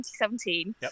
2017